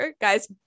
Guys